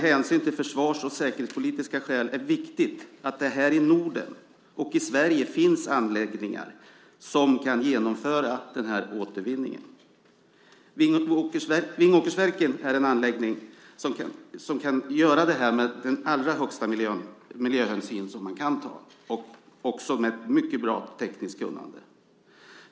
Av försvars och säkerhetspolitiska skäl är det viktigt att det här i Norden och i Sverige finns anläggningar som kan genomföra denna återvinning. Vingåkersverken är en anläggning som kan genomföra denna destruering med den allra största miljöhänsyn och också med ett mycket bra tekniskt kunnande.